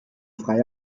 freie